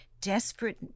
desperate